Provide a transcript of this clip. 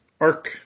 arc